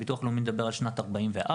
הביטוח הלאומי מדבר על שנת 2044,